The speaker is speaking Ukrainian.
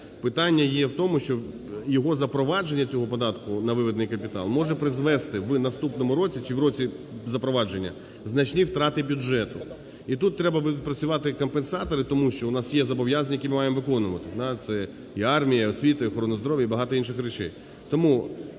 Питання є в тому, що його запровадження, цього податку на виведений капітал, може призвести в наступному році чи в році запровадження значні втрати бюджету. І тут треба відпрацювати компенсатори. Тому що у нас є зобов'язання, які ми маємо виконувати. Це і армія, і освіта, і охорона здоров'я, і багато інших речей.